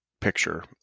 picture